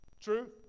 True